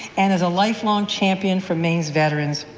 and as a life-long champion for maine's veterans.